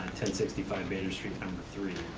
and sixty five bader street, number three.